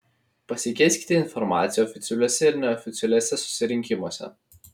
pasikeiskite informacija oficialiuose ir neoficialiuose susirinkimuose